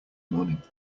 morning